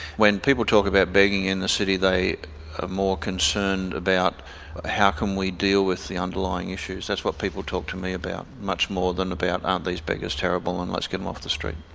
when people talk about begging in the city, they are ah more concerned about how can we deal with the underlying issues that's what people talk to me about, much more than about aren't these beggars terrible, and let's get them off the street.